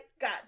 God